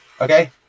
Okay